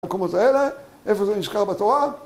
במקומות האלה, איפה זה נזכר בתורה?